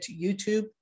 YouTube